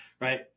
right